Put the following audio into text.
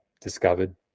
discovered